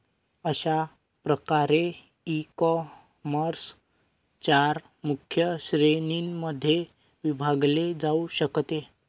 अशा प्रकारे ईकॉमर्स चार मुख्य श्रेणींमध्ये विभागले जाऊ शकते